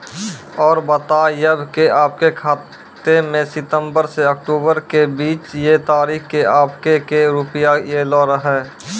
और बतायब के आपके खाते मे सितंबर से अक्टूबर के बीज ये तारीख के आपके के रुपिया येलो रहे?